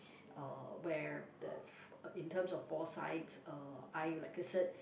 uh where that uh in terms of foresights uh I like I said